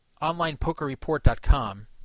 OnlinePokerReport.com